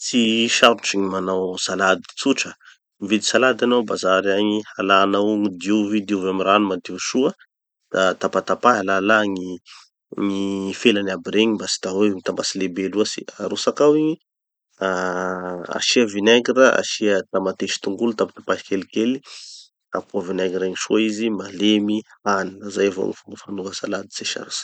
Tsy sarotsy gny manao salady, tsotra. Mividy salady hanao a bazaragny agny, alanao igny, diovy, diovy amy rano madio soa, da tapatapahy alalà gny gny felany aby regny mba tsy da hoe mitambatsy lehibe loatsy. Arotsaky ao igny, ah asia vinegra, asia tamatesy tongolo tapatapahy kelikely. Tapoha vinegra igny soa izy, malemy, hany. Zay avao gny fanaova salady, tsy sarotsy.